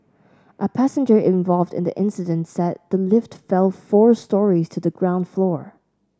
a passenger involved in the incident said the lift fell four storeys to the ground floor